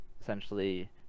essentially